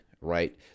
right